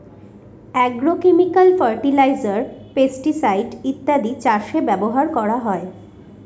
agrochemical fertiliser, pesticide ইত্যাদি চাষে ব্যবহার করা হয়